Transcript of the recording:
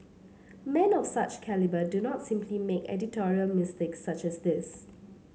men of such calibre do not simply make editorial mistakes such as this